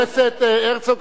חבר הכנסת הרצוג,